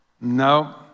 No